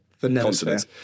continents